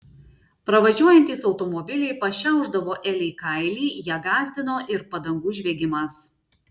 pravažiuojantys automobiliai pašiaušdavo elei kailį ją gąsdino ir padangų žviegimas